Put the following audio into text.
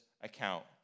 account